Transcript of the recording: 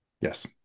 yes